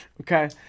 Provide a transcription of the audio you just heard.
Okay